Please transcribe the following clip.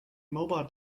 mobile